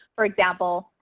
for example,